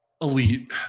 elite